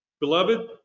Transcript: beloved